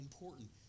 important